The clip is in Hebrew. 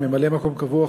ממלא-מקום קבוע,